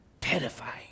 terrifying